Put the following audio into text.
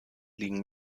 liegen